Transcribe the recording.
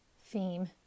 theme